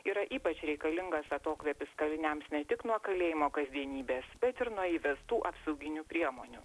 yra ypač reikalingas atokvėpis kaliniams ne tik nuo kalėjimo kasdienybės bet ir nuo įvestų apsauginių priemonių